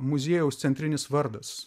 muziejaus centrinis vardas